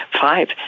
five